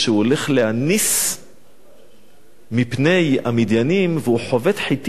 להניס מפני המדיינים והוא חובט חטים בגת.